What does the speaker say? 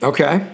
Okay